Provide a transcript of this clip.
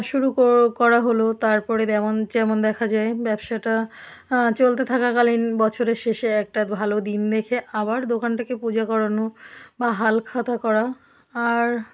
শুরু কো করা হল তারপরে দেমন যেমন দেখা যায় ব্যবসাটা চলতে থাকাকালীন বছরের শেষে একটা ভালো দিন দেখে আবার দোকানটাকে পূজা করানো বা হালখাতা করা আর